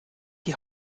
die